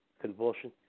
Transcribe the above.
convulsion